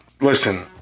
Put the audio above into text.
listen